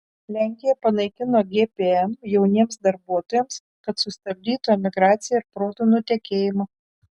lenkija panaikino gpm jauniems darbuotojams kad sustabdytų emigraciją ir protų nutekėjimą